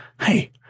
hey